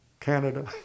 canada